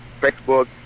Facebook